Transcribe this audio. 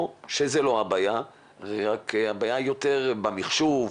או שזו לא הבעיה, אלא הבעיה יותר במחשוב,